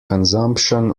consumption